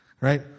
Right